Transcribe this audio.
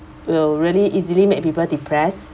will really easily make people depressed